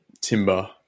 Timber